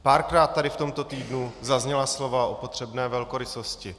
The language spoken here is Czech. Párkrát tady v tomto týdnu zazněla slova o potřebné velkorysosti.